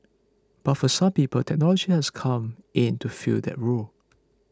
but for some people technology has come in to fill that role